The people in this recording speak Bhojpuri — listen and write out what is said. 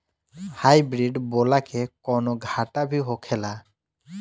हाइब्रिड बोला के कौनो घाटा भी होखेला?